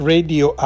Radio